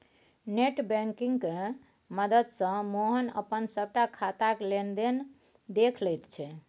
net बैंकिंगक मददिसँ मोहन अपन सभटा खाताक लेन देन देखि लैत छथि